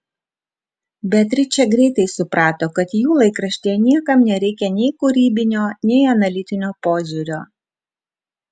beatričė greitai suprato kad jų laikraštyje niekam nereikia nei kūrybinio nei analitinio požiūrio